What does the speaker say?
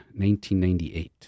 1998